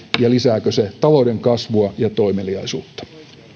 ja lisääkö se talouden kasvua ja toimeliaisuutta